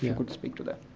yeah could speak to that.